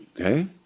Okay